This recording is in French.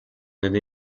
donné